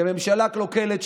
כממשלה קלוקלת,